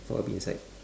what would be inside